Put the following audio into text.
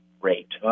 rate